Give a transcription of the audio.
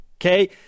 Okay